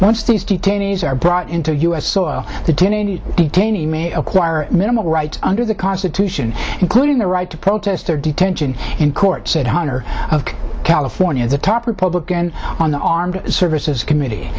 once these detainees are brought into u s soil the twenty eight twenty may acquire minimal right under the constitution including the right to protest their detention in court said hunter of california is a top republican on the armed services committee